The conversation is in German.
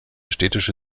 städtische